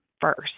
first